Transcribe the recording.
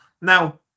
Now